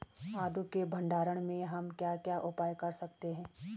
आलू के भंडारण में हम क्या क्या उपाय कर सकते हैं?